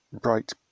bright